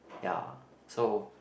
ya so